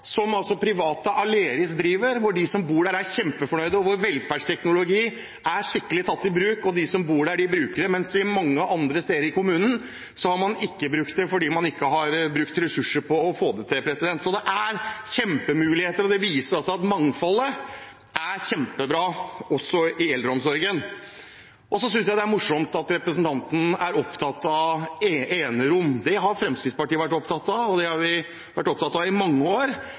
som det private Aleris driver. De som bor der, er kjempefornøyd, og velferdsteknologi er skikkelig tatt i bruk. De som bor der, bruker det, mens man mange andre steder i kommunen ikke har brukt det fordi man ikke har brukt ressurser på å få det til. Så det er kjempemuligheter, og det viser at mangfoldet er kjempebra også i eldreomsorgen. Jeg synes det er morsomt at representanten er opptatt av enerom. Det har Fremskrittspartiet vært opptatt av i mange år. Da er det synd at representantens parti i denne byen legger ned sykehjemsplasser, tar bort sykehjemsplasser, eller – i